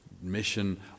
mission